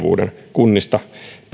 kunnista